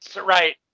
Right